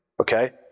Okay